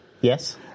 yes